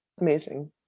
Amazing